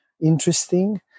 interesting